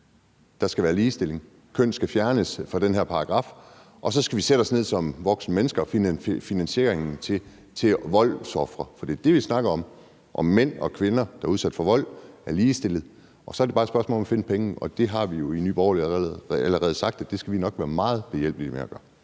der skal være ligestilling, at køn skal fjernes fra den her paragraf, og så skal vi sætte os ned som voksne mennesker og finde finansieringen til voldsofre? For det er det, vi snakker om – om mænd og kvinder, der er udsat for vold, er ligestillet, og så er det bare et spørgsmål om at finde pengene, og det har vi jo i Nye Borgerlige allerede sagt vi nok skal være meget behjælpelige med at gøre.